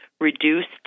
reduced